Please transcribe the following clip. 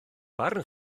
barn